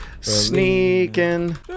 sneaking